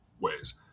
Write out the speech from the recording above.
ways